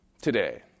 today